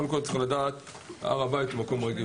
צריך לדעת שהר הבית הוא מקום רגיש.